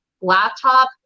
laptop